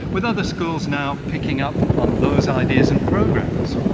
with other schools now picking up on those ideas and programs.